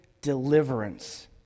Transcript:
deliverance